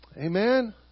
Amen